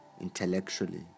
intellectually